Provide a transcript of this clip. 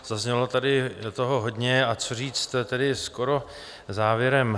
Zaznělo tady toho hodně, a co říct tedy skoro závěrem.